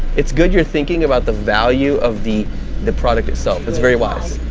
it's good you're thinking about the value of the the product itself. it's very wise.